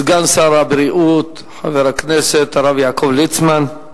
סגן שר הבריאות, חבר הכנסת הרב יעקב ליצמן.